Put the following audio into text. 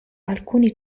alcuni